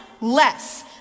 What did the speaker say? less